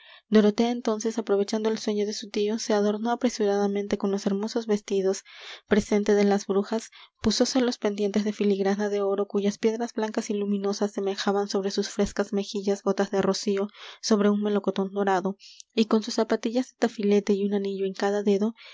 dorotea entonces aprovechando el sueño de su tío se adornó apresuradamente con los hermosos vestidos presente de las brujas púsose los pendientes de filigrana de oro cuyas piedras blancas y luminosas semejaban sobre sus frescas mejillas gotas de rocío sobre un melocotón dorado y con sus zapatillas de tafilete y un anillo en cada dedo